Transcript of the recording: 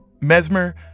Mesmer